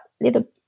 little